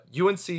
UNC